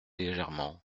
légèrement